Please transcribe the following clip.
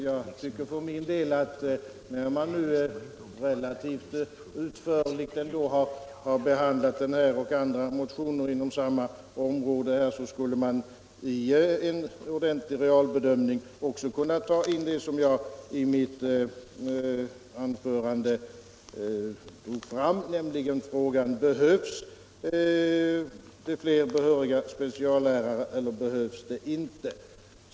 Jag tycker för min del att man, när man nu ändå relativt utförligt har behandlat den här motionen och andra motioner inom samma område, skulle i en ordentlig realbedömning också kunna ta in det som jag i mitt anförande tidigare drog fram, nämligen frågan: Behövs det fler behöriga speciallärare, eller behövs det inte?